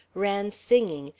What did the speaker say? ran, singing,